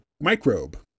microbe